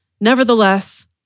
Nevertheless